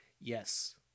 yes